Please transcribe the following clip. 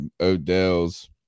odell's